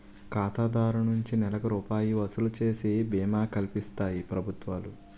ఖాతాదారు నుంచి నెలకి రూపాయి వసూలు చేసి బీమా కల్పిస్తాయి ప్రభుత్వాలు